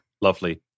Lovely